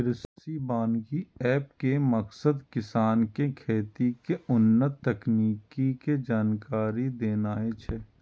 कृषि वानिकी एप के मकसद किसान कें खेती के उन्नत तकनीक के जानकारी देनाय छै